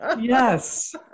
Yes